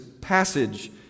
passage